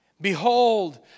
Behold